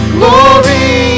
glory